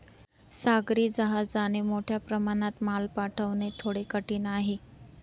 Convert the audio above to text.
सागरी जहाजाने मोठ्या प्रमाणात माल पाठवणे थोडे कठीण आहे